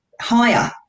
higher